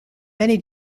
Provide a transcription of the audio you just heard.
many